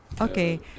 Okay